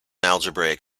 algebraic